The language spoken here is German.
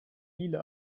lila